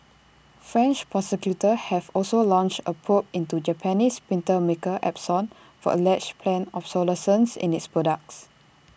French prosecutors have also launched A probe into Japanese printer maker Epson for alleged planned obsolescence in its products